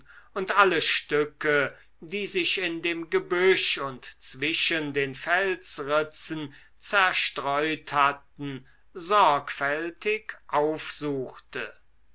und alle stücke die sich in dem gebüsch und zwischen den felsritzen zerstreut hatten sorgfältig aufsuchte